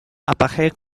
apparaît